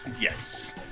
Yes